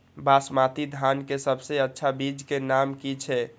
बासमती धान के सबसे अच्छा बीज के नाम की छे?